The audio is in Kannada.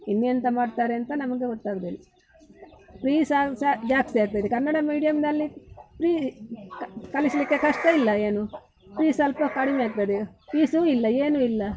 ಇನ್ನೆಂತ ಮಾಡ್ತಾರೆ ಅಂತ ನಮಗೆ ಗೊತ್ತಾಗೋದಿಲ್ಲ ಪೀಸ್ ಸಹ ಸಹ ಜಾಸ್ತಿ ಆಗ್ತದೆ ಕನ್ನಡ ಮೀಡಿಯಮ್ಮಿನಲ್ಲಿ ಪ್ರೀ ಕಲಿಸಲಿಕ್ಕೆ ಕಷ್ಟ ಇಲ್ಲ ಏನು ಪೀಸ್ ಸ್ವಲ್ಪ ಕಡಿಮೆ ಆಗ್ತದೆ ಪೀಸು ಇಲ್ಲ ಏನು ಇಲ್ಲ